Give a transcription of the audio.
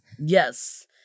Yes